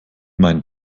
meinen